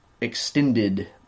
extended